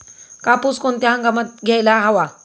कापूस कोणत्या हंगामात घ्यायला हवा?